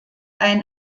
ein